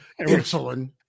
insulin